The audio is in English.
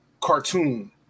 cartoon